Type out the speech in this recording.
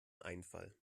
einfall